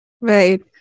Right